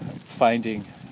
finding